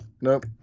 nope